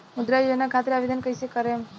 मुद्रा योजना खातिर आवेदन कईसे करेम?